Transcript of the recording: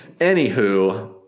Anywho